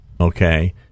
okay